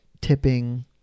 tipping